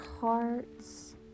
hearts